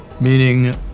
meaning